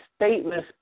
stateless